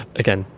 again,